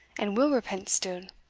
and will repent still,